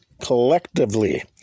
collectively